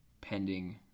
pending